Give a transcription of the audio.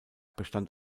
bestand